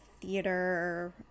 theater